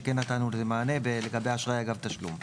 שכן נתנו לזה מענה לגבי אשראי אגב תשלום.